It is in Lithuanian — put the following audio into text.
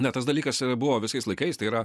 ne tas dalykas buvo visais laikais tai yra